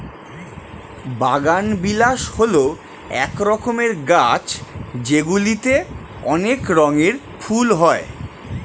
বাগানবিলাস হল এক রকমের গাছ যেগুলিতে অনেক রঙের ফুল হয়